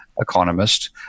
Economist